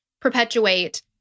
perpetuate